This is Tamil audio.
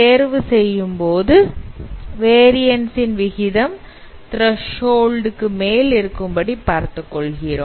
தேர்வு செய்யும்போது வேரியன்ஸ் ன் விகிதம் திரஷ் ஹோல்ட் மேல் இருக்கும்படி பார்த்துக்கொள்கிறோம்